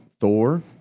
Thor